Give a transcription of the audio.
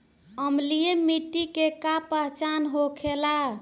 अम्लीय मिट्टी के का पहचान होखेला?